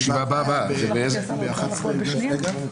הישיבה ננעלה בשעה 10:01.